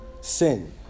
sin